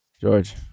George